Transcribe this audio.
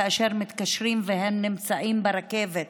כאשר מתקשרים והם נמצאים ברכבת,